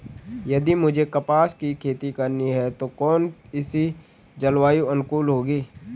यदि मुझे कपास की खेती करनी है तो कौन इसी जलवायु अनुकूल होगी?